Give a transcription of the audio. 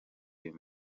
uyu